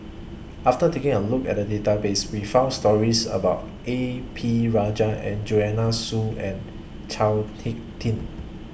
after taking A Look At The Database We found stories about A P Rajah Joanne Soo and Chao Hick Tin